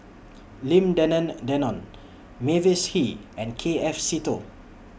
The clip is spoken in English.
Lim Denan Denon Mavis Hee and K F Seetoh